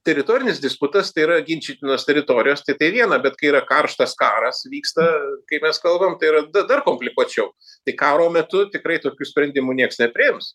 teritorinis diskputas tai yra ginčytinos teritorijos tai tai viena bet kai yra karštas karas vyksta kai mes kalbam tai yra da dar komplikuočiau tai karo metu tikrai tokių sprendimų nieks nepriims